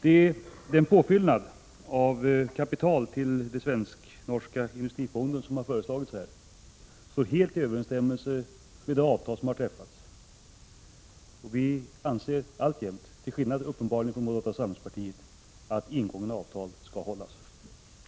Den påfyllnad av kapital till den svensk-norska industrifonden som här har föreslagits står helt i överensstämmelse med det avtal som har träffats. Vi anser alltjämt — till skillnad, uppenbarligen, från moderata samlingspartiet — att ingångna avtal skall hållas.